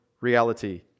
reality